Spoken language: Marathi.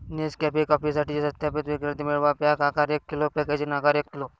नेसकॅफे कॉफीसाठी सत्यापित विक्रेते मिळवा, पॅक आकार एक किलो, पॅकेजिंग आकार एक किलो